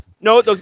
no